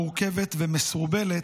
מורכבת ומסורבלת,